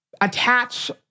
attach